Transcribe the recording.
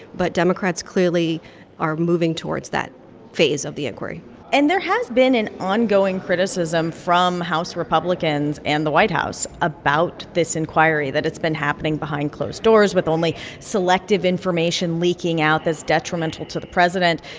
but democrats clearly are moving towards that phase of the inquiry and there has been an ongoing criticism from house republicans and the white house about this inquiry, that it's been happening behind closed doors with only selective information leaking out that's detrimental to the president.